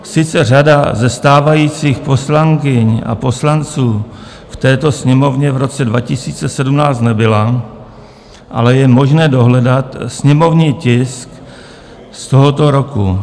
Sice řada ze stávajících poslankyň a poslanců v této Sněmovně v roce 2017 nebyla, ale je možné dohledat sněmovní tisk z tohoto roku.